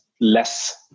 less